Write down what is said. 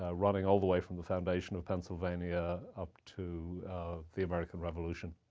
ah running all the way from the foundation of pennsylvania up to the american revolution?